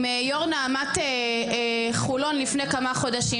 יושב-ראש נעמ"ת חולון לפני כמה חודשים,